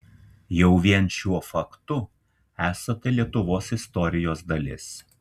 jau vien šiuo faktu esate lietuvos istorijos dalis